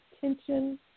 tension